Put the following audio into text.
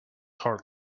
heart